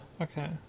Okay